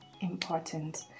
important